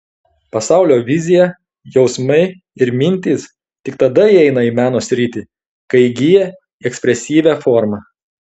pasaulio vizija jausmai ir mintys tik tada įeina į meno sritį kai įgyja ekspresyvią formą